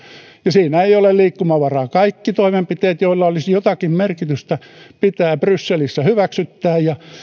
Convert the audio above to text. ja siinä ei ole liikkumavaraa kaikki toimenpiteet joilla olisi jotakin merkitystä pitää brysselissä hyväksyttää ja